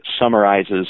summarizes